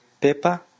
pepper